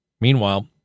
meanwhile